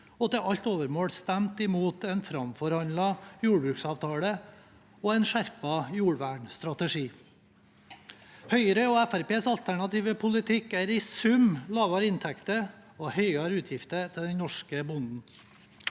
og til alt overmål stemte imot en framforhandlet jordbruksavtale og en skjerpet jordvernstrategi. Høyres og Fremskrittspartiets alternative politikk er i sum lavere inntekter og høyere utgifter til den norske bonden.